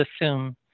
assume